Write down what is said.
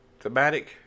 thematic